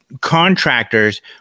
contractors